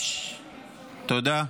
תודה.